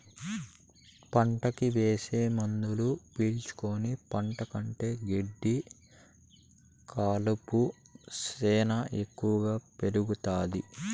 పంటకి ఏసే మందులు పీల్చుకుని పంట కంటే గెడ్డి కలుపు శ్యానా ఎక్కువగా పెరుగుతాది